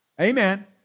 Amen